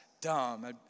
dumb